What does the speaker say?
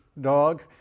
dog